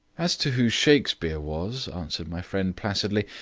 as to who shakespeare was, answered my friend placidly,